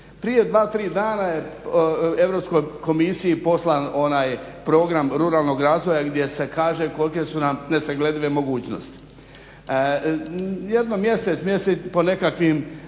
Prije dva, tri dana je Europskoj komisiji poslan onaj program ruralnog razvoja gdje se kaže kolike su nam nesagledive mogućnosti. Jedno mjesec, po nekakvim